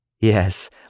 Yes